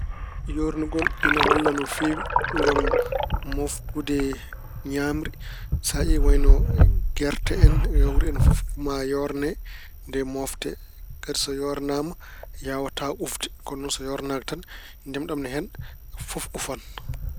Yoornugol ina walla no feewi ngam mooftude ñaamri. Sa ƴeewi wayno gerte en, gawri en fof maa yoorne nde moofte. Ngati so yoornaama, yaawataa ufde. Kono so yoornaaka tan, ndiyam ɗam ina hen, fof ufan.